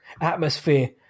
atmosphere